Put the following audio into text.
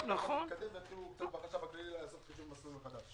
ואז בחשב הכללי יתחילו לעשות מסלול מחדש.